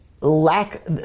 lack